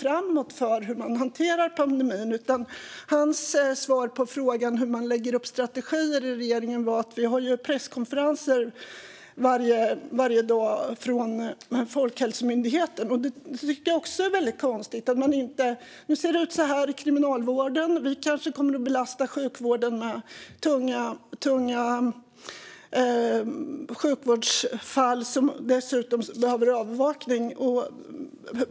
Jag frågade Tomas Eneroth om detta i går, och hans svar på frågan hur man lägger upp strategier i regeringen var att man har presskonferenser med Folkhälsomyndigheten varje dag. Det tycker jag är väldigt konstigt. Nu ser det ut så här i kriminalvården, och vi kanske kommer att belasta sjukvården med tunga sjukvårdsfall som dessutom behöver övervakning.